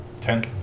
Ten